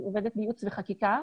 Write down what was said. אנחנו ייעוץ וחקיקה.